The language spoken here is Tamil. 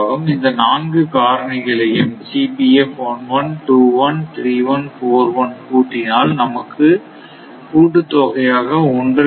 இந்த நான்கு காரணிகளையும் கூட்டினால் நமக்கு கூட்டுத் தொகையாக 1 கிடைக்கும்